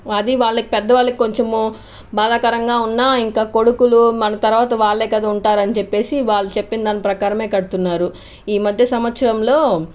అది వాళ్ళకి పెద్దవాళ్ళకి కొంచెం బాధాకరంగా ఉన్నా ఇంక కొడుకులు మన తర్వాత వాళ్ళే కదా ఉంటారని చెప్పేసి వాళ్ళు చెప్పిందాని ప్రకారమే కడుతున్నారు ఈ మధ్య సంవత్సరంలో